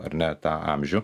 ar ne tą amžių